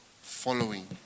following